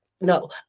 No